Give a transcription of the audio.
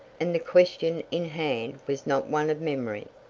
and the question in hand was not one of memory,